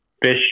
Fish